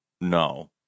No